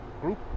group